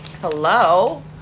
hello